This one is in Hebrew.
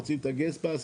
מוציאים את ה-gate pass,